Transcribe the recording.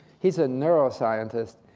he's a neuroscientist,